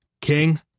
King